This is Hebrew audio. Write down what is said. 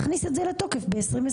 תכניס את זה לתוקף ב-2026.